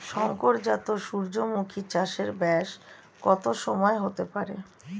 শংকর জাত সূর্যমুখী চাসে ব্যাস কত সময় হতে পারে?